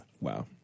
Wow